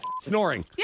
snoring